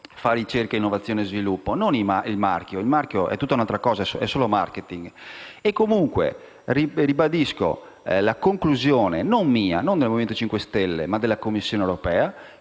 fa ricerca, innovazione e sviluppo, e non i marchi, che è tutta un'altra cosa: è solo *marketing*. Comunque sia, ribadisco la conclusione - non mia o del Movimento 5 Stelle, ma della Commissione europea